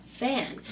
Fan